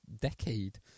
decade